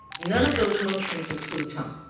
none of those motions exclude time.